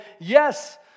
yes